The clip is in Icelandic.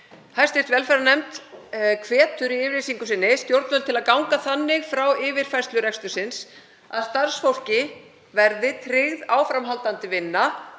Hv. velferðarnefnd hvetur í yfirlýsingu sinni stjórnvöld til að ganga þannig frá yfirfærslu rekstursins að starfsfólki verði tryggð áframhaldandi vinna